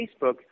Facebook